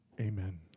Amen